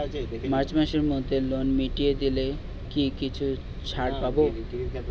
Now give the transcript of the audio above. March মাসের মধ্যে loan মিটিয়ে দিলে কি কিছু ছাড় পাব?